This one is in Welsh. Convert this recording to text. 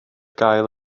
gael